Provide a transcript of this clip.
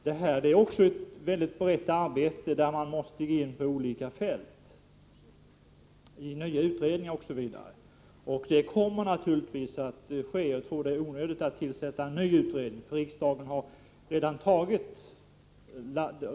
Det innebär ett omfattande arbete, där man måste undersöka olika områden. Detta kommer naturligtvis att ske, och jag tror därför att det är onödigt att tillsätta ytterligare en utredning.